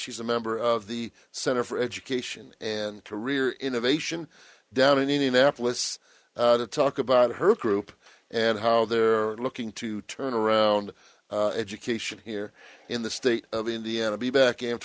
she's a member of the center for education and career innovation down in indianapolis to talk about her group and how they're looking to turn around education here in the state of indiana be back a